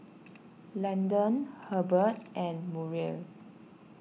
Landan Herbert and Muriel